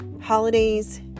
holidays